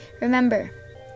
Remember